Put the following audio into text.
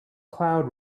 cloud